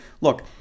Look